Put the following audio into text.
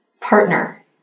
partner